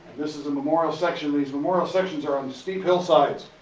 this is a memorial section. these memorial sections are on steep hillsides,